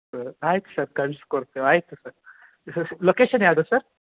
sir ಆಯ್ತು sir ಕಳ್ಸಿ ಕೊಡ್ತೆ ಆಯಿತು ಸರ್ ಲೊಕೇಶನ್ ಯಾವುದು ಸರ್